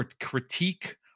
critique